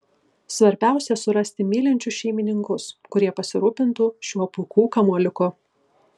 svarbiausia surasti mylinčius šeimininkus kurie pasirūpintų šiuo pūkų kamuoliuku